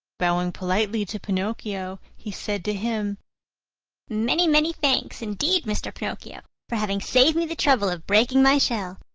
bowing politely to pinocchio, he said to him many, many thanks, indeed, mr. pinocchio, for having saved me the trouble of breaking my shell!